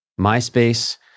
MySpace